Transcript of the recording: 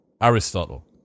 Aristotle